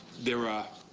there are